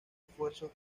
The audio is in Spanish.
esfuerzos